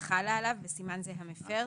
החלה עליו (בסימן זה המפר),